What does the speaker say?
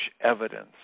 evidence